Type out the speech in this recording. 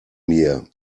mir